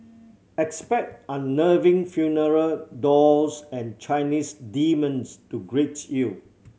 expect unnerving funeral dolls and Chinese demons to greet you